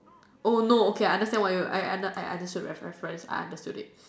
oh no okay I understand what you I I under I understood reference I understood it